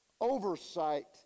oversight